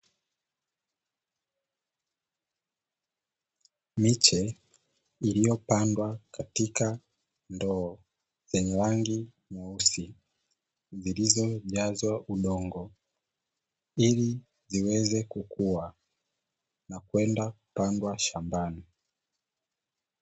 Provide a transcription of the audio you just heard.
Miche iliyopandwa katika ndoo zenye rangi nyeusi, zilizojazwa udongo ili ziweze kukua na kwenda kupandwa shambani.